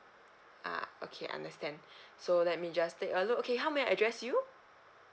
ah okay understand so let me just take a look okay how may I address you